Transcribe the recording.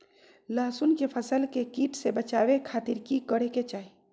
लहसुन के फसल के कीट से बचावे खातिर की करे के चाही?